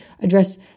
address